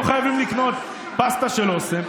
לא חייבים לקנות פסטה של אסם.